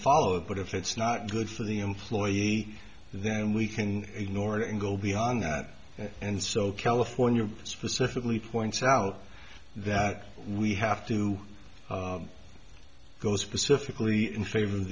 follow it but if it's not good for the employee then we can ignore it and go beyond that and so california specifically points out that we have to go specifically in favor of